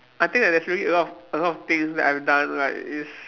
I think that there's really a lot of a lot of things that I've done like is